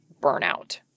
burnout